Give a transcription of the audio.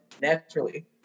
naturally